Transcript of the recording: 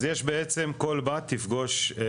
אז יש בעצם, כל בת תפגוש שני אחראים.